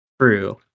True